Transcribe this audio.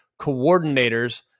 coordinators